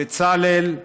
לבצלאל טרייבר,